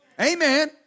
Amen